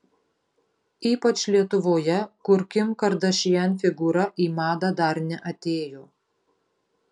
ypač lietuvoje kur kim kardashian figūra į madą dar neatėjo